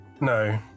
No